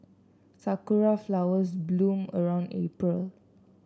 sakura flowers bloom around April